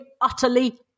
utterly